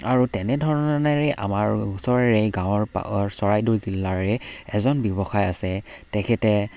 আৰু তেনেধৰণেৰে আমাৰ ওচৰেৰে গাঁৱৰ চৰাইদেউ জিলাৰে এজন ব্যৱসায় আছে তেখেতে